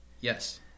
Yes